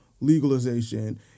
legalization